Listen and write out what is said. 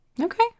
Okay